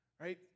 right